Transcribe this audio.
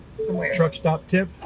somewhere. truck stop tip,